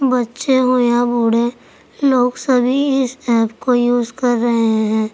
بچے ہوں یا بوڑھے لوگ سبھی اس ایپ کو یوز کر رہے ہیں